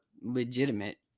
legitimate